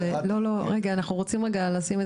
אבל איך אנחנו בכל זאת לא מפלים את